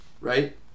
right